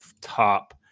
top